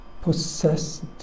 possessed